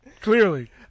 Clearly